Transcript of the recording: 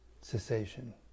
cessation